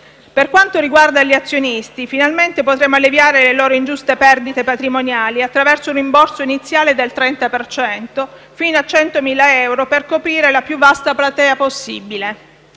Per quanto riguarda gli azionisti, finalmente potremo alleviare le loro ingiuste perdite patrimoniali attraverso un rimborso iniziale del 30 per cento, fino a 100.000 euro, per coprire la più vasta platea possibile.